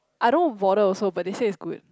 I don't bother also they say is good